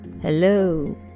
Hello